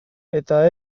eta